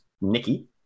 Nikki